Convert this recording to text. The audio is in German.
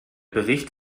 bericht